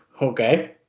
Okay